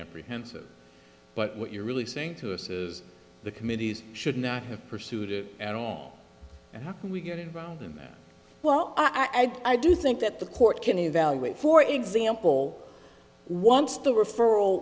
apprehensive but what you're really saying to us is the committees should not have pursued it and we give them well i do think that the court can evaluate for example once the referral